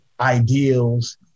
ideals